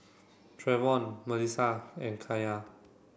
Treyvon Malissie and Kaylah